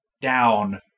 down